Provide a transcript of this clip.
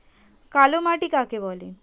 কালো মাটি কাকে বলে?